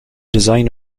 design